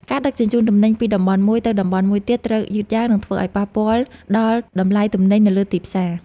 ការដឹកជញ្ជូនទំនិញពីតំបន់មួយទៅតំបន់មួយទៀតត្រូវយឺតយ៉ាវ និងធ្វើឱ្យប៉ះពាល់ដល់តម្លៃទំនិញនៅលើទីផ្សារ។